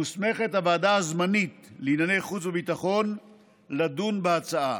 מוסמכת הוועדה הזמנית לענייני חוץ וביטחון לדון בהצעה.